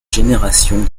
génération